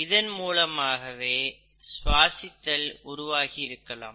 இதன் மூலமாகவே சுவாசித்தல் உருவாகி இருக்கலாம்